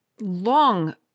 long